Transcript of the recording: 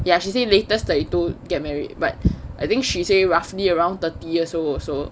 ya she say latest thirty two get married but I think she say roughly around thirty years old also